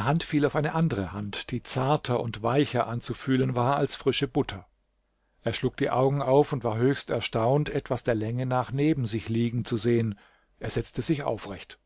hand fiel auf eine andere hand die zarter und weicher anzufühlen war als frische butter er schlug die augen auf und war höchst erstaunt etwas der länge nach neben sich liegen zu sehen er setzte sich aufrecht